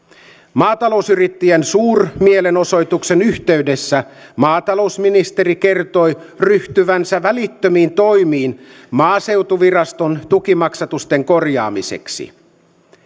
maatalousyrittäjien suurmielenosoituksen yhteydessä maatalousministeri kertoi ryhtyvänsä välittömiin toimiin maaseutuviraston tukimaksatusten korjaamiseksi